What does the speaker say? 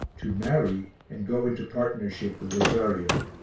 to marry and go into partnership with rosario.